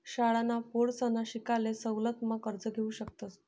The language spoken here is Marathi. शाळांना पोरसना शिकाले सवलत मा कर्ज घेवू शकतस